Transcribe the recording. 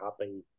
happy